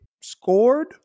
scored